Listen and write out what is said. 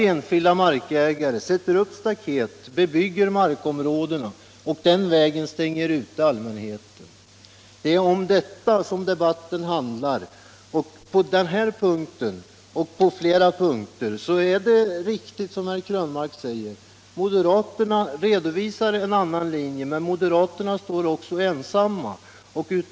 Enskilda markägare sätter nämligen upp staket och bebygger markområden på ett sådant sätt att allmänheten stängs ute. Det är om detta som debatten handlar. På den här punkten och på flera punkter är det riktigt som herr Krönmark säger: Moderaterna redovisar en annan linje, men moderaterna står också ensamma.